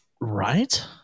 Right